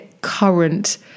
current